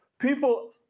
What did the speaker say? People